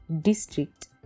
District